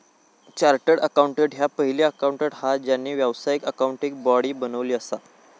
chartered accountant ह्या पहिला accountant हा ज्यांना व्यावसायिक अकाउंटिंग बॉडी बनवली असा